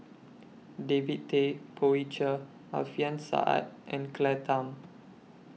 David Tay Poey Cher Alfian Sa'at and Claire Tham